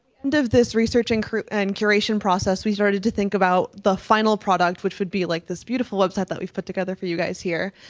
end of this research and and curation process, we started to think about the final product, which would be like this beautiful website that we've put together for you guys here.